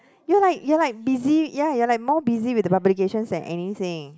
you're like you're like busy ya you're like more busy with the publications than anything